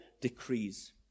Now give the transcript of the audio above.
decrees